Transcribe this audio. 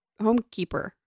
homekeeper